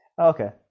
Okay